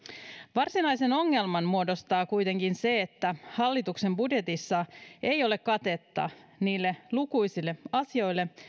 varsinaisen ongelman muodostaa kuitenkin se että hallituksen budjetissa ei ole katetta niille lukuisille asioille